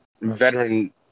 veteran